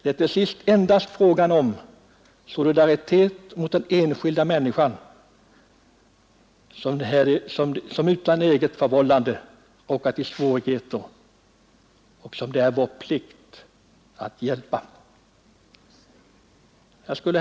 Det är till sist här fråga om solidaritet mot den enskilda människan, som utan eget förvållande råkat i svårigheter och som det är vår plikt att hjälpa. Herr talman!